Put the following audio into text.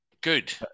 good